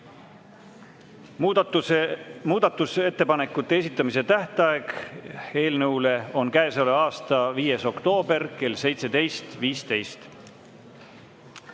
Muudatusettepanekute esitamise tähtaeg on käesoleva aasta 5. oktoober kell 17.15.